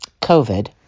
COVID